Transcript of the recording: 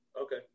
Okay